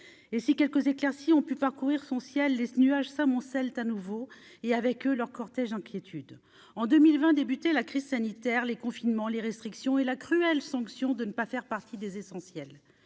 et si quelques éclaircies ont pu parcourir son ciel, les nuages s'amoncellent à nouveau, et avec eux leur cortège inquiétude en 2020 débuter la crise sanitaire les confinements les restrictions et la cruelle sanction de ne pas faire partie des essentiel